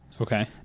Okay